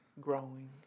growing